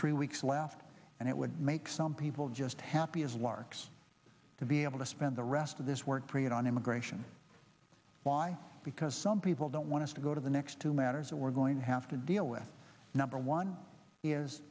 three weeks left and it would make some people just happy as larks to be able to spend the rest of this work period on immigration why because some people don't want to go to the next two matters or we're going to have to deal with number one is